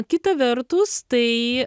kita vertus tai